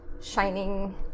shining